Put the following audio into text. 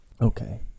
okay